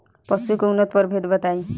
पशु के उन्नत प्रभेद बताई?